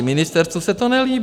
Ministerstvu se to nelíbí.